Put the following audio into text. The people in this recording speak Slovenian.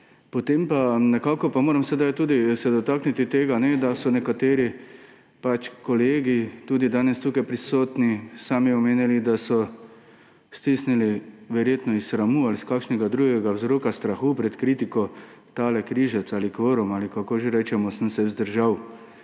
požarni varnosti. Sedaj se moram dotakniti tudi tega, da so nekateri kolegi, tudi danes tukaj prisotni, sami omenjali, da so stisnili verjetno iz sramu ali kakšnega drugega vzroka, strahu pred kritiko tale križec ali kvorum ali kako že rečemo, sem se vzdržal.